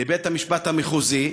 לבית-המשפט המחוזי,